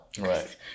Right